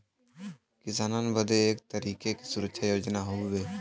किसानन बदे एक तरीके के सुरक्षा योजना हउवे